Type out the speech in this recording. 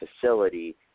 facility